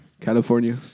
California